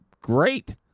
great